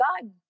God